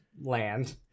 land